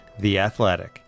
theathletic